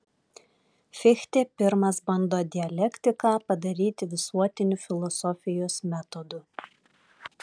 fichtė pirmas bando dialektiką padaryti visuotiniu filosofijos metodu